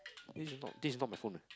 this is not this is not my phone eh